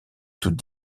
toutes